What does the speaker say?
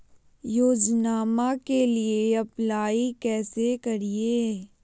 योजनामा के लिए अप्लाई कैसे करिए?